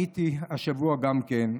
הייתי השבוע גם כן.